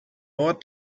ort